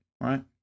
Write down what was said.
Right